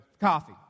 Coffee